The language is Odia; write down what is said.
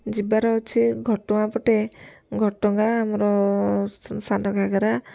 ଯିବାର ଅଛି ଘଟଗାଁ ପଟେ ଘଟଗାଁ ଆମର ସାନ ଘାଗରା